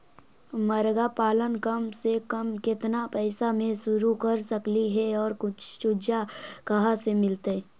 मरगा पालन कम से कम केतना पैसा में शुरू कर सकली हे और चुजा कहा से मिलतै?